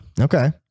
Okay